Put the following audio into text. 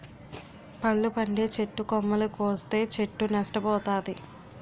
పళ్ళు పండే చెట్టు కొమ్మలు కోస్తే చెట్టు నష్ట పోతాది